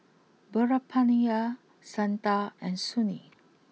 Veerapandiya Santha and Sunil